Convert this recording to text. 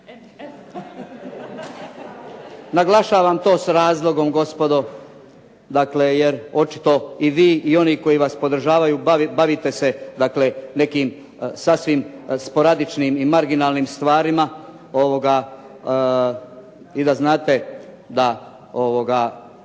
Naglašavam to s razlogom gospodo dakle jer očito i vi i oni koji vas podržavaju bavite se dakle nekim sasvim sporadičnim i marginalnim stvarima i da znate da